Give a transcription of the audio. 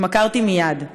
התמכרתי מייד.